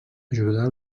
ajudar